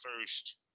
first